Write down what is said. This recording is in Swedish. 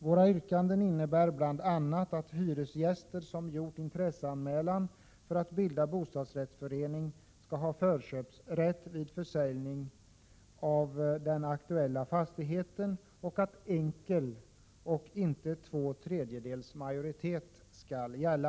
Våra yrkanden innebär bl.a. att hyresgäster som gjort intresseanmälan för att bilda bostadsrättsförening skall ha förköpsrätt vid försäljning av den aktuella fastigheten och att enkel och inte två tredjedelars majoritet skall gälla.